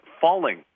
falling